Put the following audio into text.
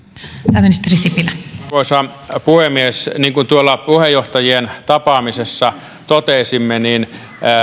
arvoisa puhemies niin kuin tuolla puheenjohtajien tapaamisessa totesimme